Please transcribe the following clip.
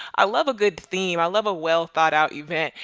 i love a good theme. i love a well-thought-out event.